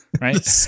Right